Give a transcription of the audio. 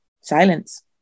silence